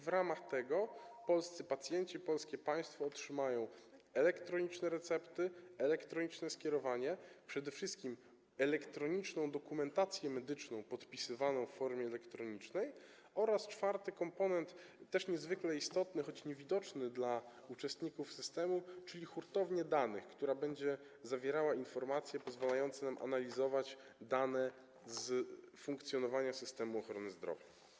W ramach tego polskie państwo, polscy pacjenci otrzymają elektronicznie recepty, elektroniczne skierowanie, przede wszystkim elektroniczną dokumentację medyczną podpisywaną w formie elektronicznej, oraz czwarty komponent, też niezwykle istotny, choć niewidoczny dla uczestników systemu, czyli hurtownię danych, która będzie zawierała informacje pozwalające nam analizować dane dotyczące funkcjonowania systemu ochrony zdrowia.